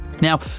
Now